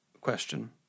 question